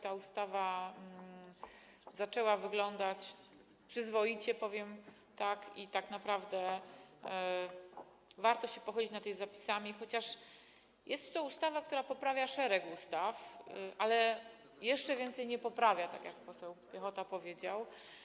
Ta ustawa zaczęła wyglądać przyzwoicie, powiem tak, i tak naprawdę warto się pochylić nad jej zapisami, chociaż jest to ustawa, która poprawia szereg ustaw, ale jeszcze więcej nie poprawia, tak jak poseł Piechota powiedział.